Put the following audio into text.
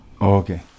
Okay